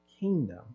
kingdom